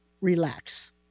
relax